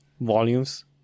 volumes